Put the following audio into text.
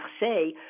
Marseille